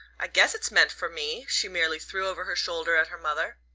i guess it's meant for me, she merely threw over her shoulder at her mother.